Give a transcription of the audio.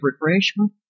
refreshment